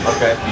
Okay